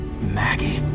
Maggie